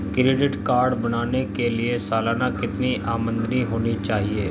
Credit card बनाने के लिए सालाना कितनी आमदनी होनी चाहिए?